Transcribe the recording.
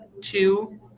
two